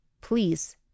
please